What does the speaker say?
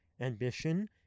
ambition